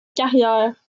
carrière